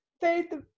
faith